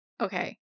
okay